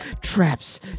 traps